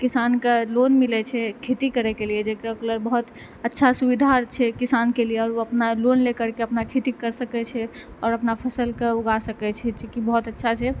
किसानके लोन मिलै छै खेती करैके लिए जे ओकराके लेल बहुत अच्छा सुविधा छै किसानके लिए आओर ओ अपना लोन लऽ करिके अपना खेती करि सकै छै आओर अपना फसलके उगा सकै छै जेकि बहुत अच्छा छै